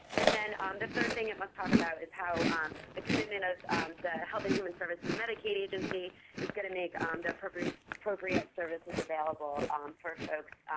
and then um the third thing it must talk about is how the commitment of the health and human services and medicaid agency is going to make um the appropriate appropriate services available for folks